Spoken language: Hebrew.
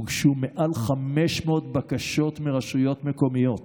הוגשו מעל 500 בקשות מרשויות מקומיות